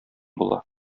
була